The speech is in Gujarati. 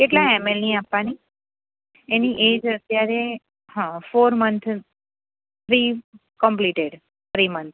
કેટલા એમએલની આપવાની એની એજ અત્યારે હા four month three completed three month